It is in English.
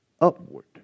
upward